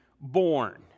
born